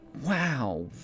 wow